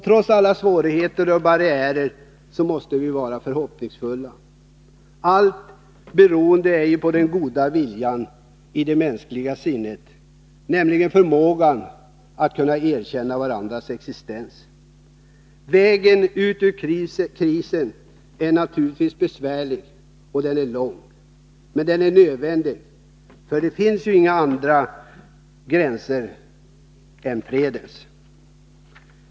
Trots alla svårigheter och barriärer måste vi vara förhoppningsfulla. Allt är beroende på den goda viljan i det mänskliga sinnet, nämligen förmågan att kunna erkänna varandras existens. Vägen ut ur krisen är naturligtvis besvärlig och lång, men den är nödvändig. Det finns inga andra gränser än fredens.